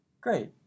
great